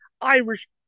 Irish